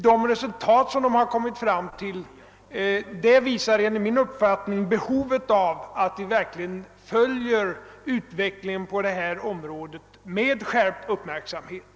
De resultat som de kommit fram till visar enligt min uppfattning behovet av att vi verkligen följer utvecklingen på detta område med skärpt uppmärksamhet.